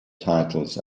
titles